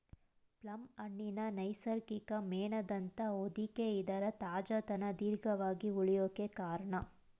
plum ಹಣ್ಣಿನ ನೈಸರ್ಗಿಕ ಮೇಣದಂಥ ಹೊದಿಕೆ ಇದರ ತಾಜಾತನ ದೀರ್ಘವಾಗಿ ಉಳ್ಯೋಕೆ ಕಾರ್ಣ